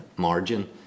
margin